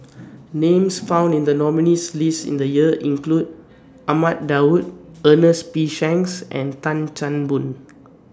Names found in The nominees' list in The Year include Ahmad Daud Ernest P Shanks and Tan Chan Boon